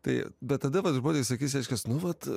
tai bet tada vat žmonės sakys reiškias nu vat